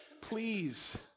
Please